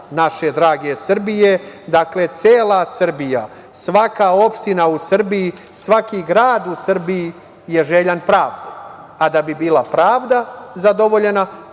naše drage Srbije. Dakle, cela Srbija, svaka opština u Srbiji, svaki grad u Srbiji je željan pravde. A da bi bila pravda zadovoljena,